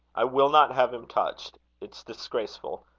i will not have him touched. it's disgraceful.